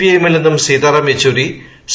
ഐഎംൂൽ നിന്നും സീതാറാം യെച്ചൂരി സി